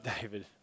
David